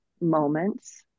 moments